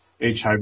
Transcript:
HIV